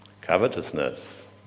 covetousness